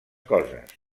coses